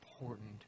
important